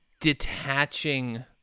detaching